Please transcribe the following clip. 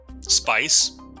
Spice